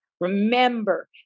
Remember